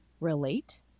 relate